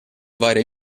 varie